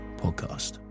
Podcast